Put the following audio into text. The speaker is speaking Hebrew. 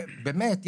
באמת,